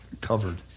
covered